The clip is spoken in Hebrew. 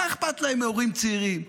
מה אכפת להם מהורים צעירים?